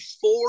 four